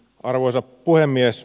arvoisa puhemies